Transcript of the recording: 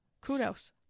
kudos